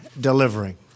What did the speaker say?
delivering